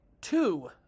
two